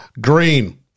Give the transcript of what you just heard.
green